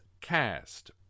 cast